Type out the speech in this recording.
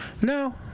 No